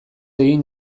egin